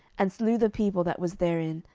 and slew the people that was therein,